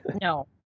no